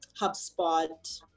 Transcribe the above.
hubspot